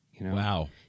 Wow